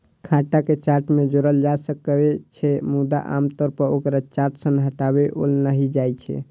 खाता कें चार्ट मे जोड़ल जा सकै छै, मुदा आम तौर पर ओकरा चार्ट सं हटाओल नहि जाइ छै